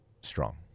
strong